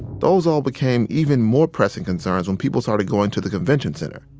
those all became even more pressing concerns when people started going to the convention center.